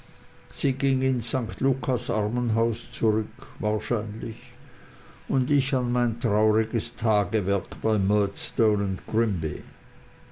sie ging ins st lukas armenhaus zurück wahrscheinlich und ich an mein trauriges tagewerk bei